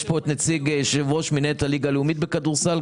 נמצא כאן יושב ראש מינהלת ליגה הלאומית בכדורגל.